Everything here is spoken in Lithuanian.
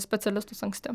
specialistus anksti